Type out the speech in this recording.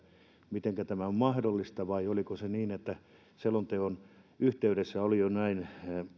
mitenkä tämä on mahdollista vai oliko se niin että selonteon yhteydessä oli jo näin